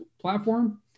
platform